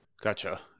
Gotcha